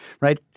right